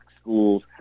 schools